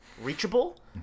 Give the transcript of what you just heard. reachable